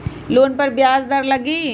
Loan पर ब्याज दर लगी?